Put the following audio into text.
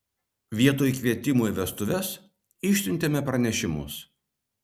vietoj kvietimų į vestuves išsiuntėme pranešimus